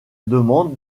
demande